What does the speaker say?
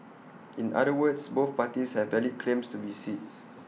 in other words both parties have valid claims to be seats